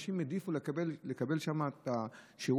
אנשים העדיפו לקבל שם את השירות,